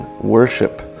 worship